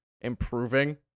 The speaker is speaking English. improving